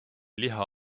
liha